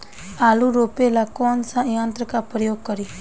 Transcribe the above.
आलू रोपे ला कौन सा यंत्र का प्रयोग करी?